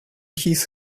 his